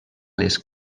les